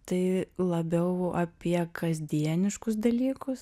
tai labiau apie kasdieniškus dalykus